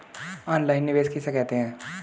Online निवेश किसे कहते हैं?